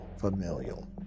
familial